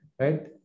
right